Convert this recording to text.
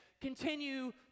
Continue